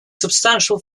substantial